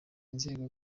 nzego